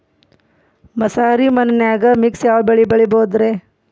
ಮಸಾರಿ ಮಣ್ಣನ್ಯಾಗ ಮಿಕ್ಸ್ ಯಾವ ಬೆಳಿ ಬೆಳಿಬೊದ್ರೇ?